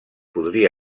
podria